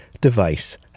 device